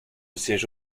siège